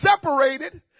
separated